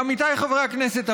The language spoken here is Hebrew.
עמיתיי חברי הכנסת,